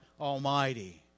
Almighty